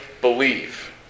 believe